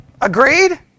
agreed